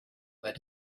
where